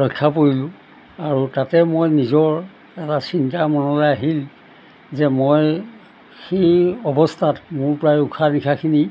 ৰক্ষা পৰিলোঁ আৰু তাতে মই নিজৰ এটা চিন্তা মনলৈ আহিল যে মই সেই অৱস্থাত মোৰ প্ৰায় উশাহ নিশাহখিনি